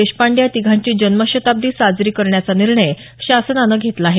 देशपांडे या तिघांची जन्मशताब्दी साजरी करण्याचा निर्णय शासनानं घेतला आहे